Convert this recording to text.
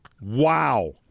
Wow